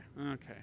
okay